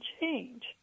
change